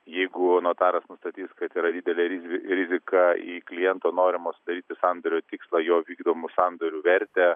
jeigu notaras sakys kad yra didelė rizika į kliento norimo sudaryti sandorio tikslą jo vykdomų sandorių vertę